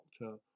doctor